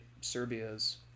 Serbia's